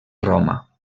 roma